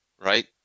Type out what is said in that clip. Right